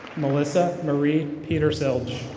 melissa marie petersilge.